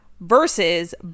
Versus